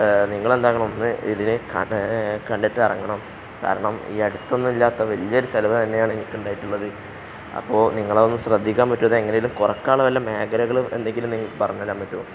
നിങ്ങൾ എന്തൊക്കെയാണ് ഒന്ന് ഇതിന് കണ്ടിട്ട് ഇറങ്ങണം കാരണം ഈ അടുത്തൊന്നും ഇല്ലാത്ത വലിയ ഒരു ചിലവ് തന്നെയാണ് എനിക്ക് ഉണ്ടായിട്ടുള്ളത് അപ്പോൾ നിങ്ങൾ അതൊന്ന് ശ്രദ്ധിക്കാൻ പറ്റുമത് എങ്ങനേലും കുറയ്ക്കാൻ ഉള്ള വല്ല മേഖലകൾ എന്തെങ്കിലും നിങ്ങൾക്ക് പറഞ്ഞ് തരാൻ പറ്റുമോ